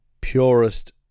purest